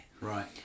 Right